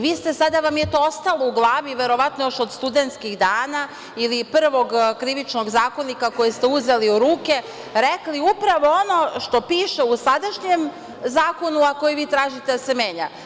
Vi ste, sada vam je to ostalo u glavi verovatno još od studentskih dana ili prvog Krivičnog zakonika koji ste uzeli u ruke, rekli upravo ono što piše u sadašnjem zakonu, a koji vi tražite da se menja.